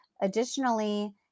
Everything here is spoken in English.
Additionally